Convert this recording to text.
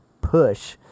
push